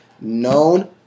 known